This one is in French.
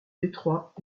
detroit